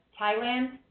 Thailand